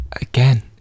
Again